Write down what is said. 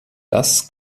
das